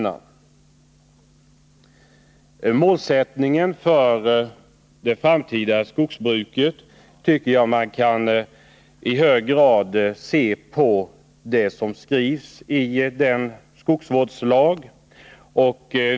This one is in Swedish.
När det gäller målsättningen för det framtida skogsbruket tycker jag att man kan se på vad som skrevs i den nya skogsvårdslagen.